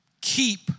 Keep